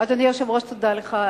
אדוני היושב-ראש, תודה לך.